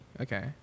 okay